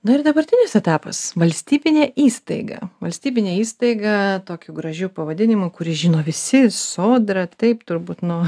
na ir dabartinis etapas valstybinė įstaiga valstybinė įstaiga tokiu gražiu pavadinimu kurį žino visi sodra taip turbūt nuo